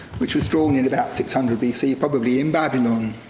which was drawn in about six hundred b c, probably in babylon.